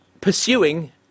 pursuing